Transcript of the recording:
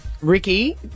Ricky